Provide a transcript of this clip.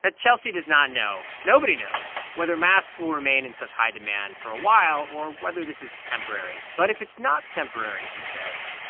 ah chelsea does not know nobody knows whether masks will remain in such high demand for a while or whether this is temporary. but if it's not temporary, she says.